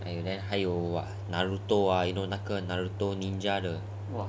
naruto ah 还有那个 naruto ninja 的